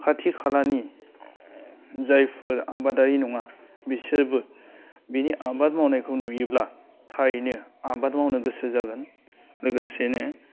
खाथि खालानि जायफोर आबादारि नङा बिसोरबो बिनि आबाद मावनायखौ नुयोब्ला थारैनो आबाद मावनो गोसो जागोन लोगोसेनो